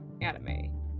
anime